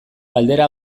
galdera